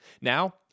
Now